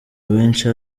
abenshi